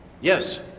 Yes